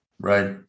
Right